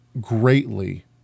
greatly